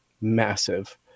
massive